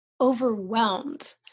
overwhelmed